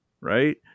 right